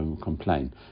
Complain